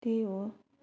त्यही हो